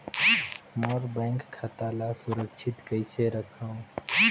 मोर bank खाता ला सुरक्षित कइसे रखव?